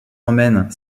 emmène